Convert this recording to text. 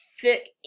thick